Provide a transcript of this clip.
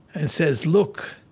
and says, look,